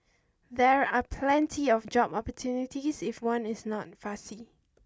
there are plenty of job opportunities if one is not fussy